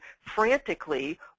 frantically